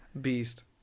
beast